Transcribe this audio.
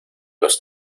los